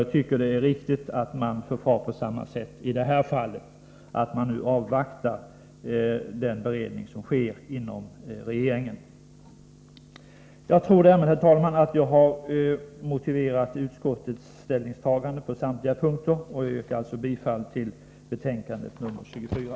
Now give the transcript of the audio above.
Jag tycker att det är riktigt att man även i det här fallet förfar på samma sätt som annars och avvaktar den beredning som pågår. Jag tror, herr talman, att jag med detta har motiverat utskottets ställningstagande på samtliga punkter. Jag yrkar bifall till hemställan i socialförsäkringsutskottets betänkande 24.